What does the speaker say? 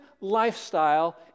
lifestyle